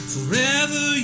Forever